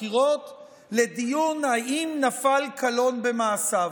הבחירות לדיון אם נפל קלון במעשיו.